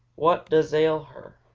what does ail her?